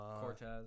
Cortez